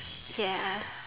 ya